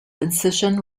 incision